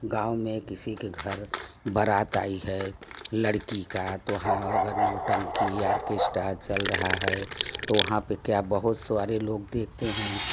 गाँव में किसी के घर बारात आई है लड़की का तो वहाँ अगर नौटंकी आरकेस्टा चल रहा है तो वहाँ पर क्या बहुत सारे लोग देखते हैँ